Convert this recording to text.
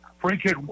Frank